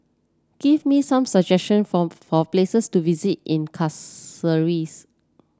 give me some suggestion for for places to visit in Castries